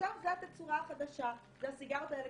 עכשיו זה התצורה החדשה של הסיגריות האלקטרוניות.